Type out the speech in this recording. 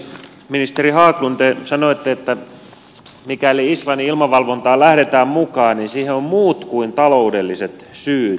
ministeri haglund te sanoitte että mikäli islannin ilmavalvontaan lähdetään mukaan niin siihen on muut kuin taloudelliset syyt